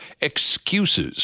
excuses